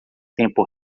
tempo